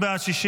לא נתקבלה.